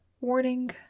Warning